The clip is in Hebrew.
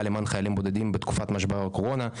למען חיילים בודדים בתקופת משבר הקורונה,